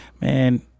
Man